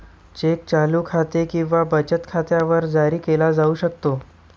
check चालू खाते किंवा बचत खात्यावर जारी केला जाऊ शकतो